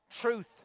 truth